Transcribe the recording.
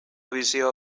visió